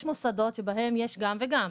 יש מוסדות שבהם יש גם וגם.